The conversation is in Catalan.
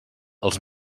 els